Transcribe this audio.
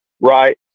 right